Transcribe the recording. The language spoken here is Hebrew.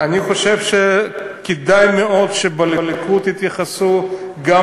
אני חושב שכדאי מאוד שבליכוד יתייחסו גם